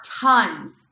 tons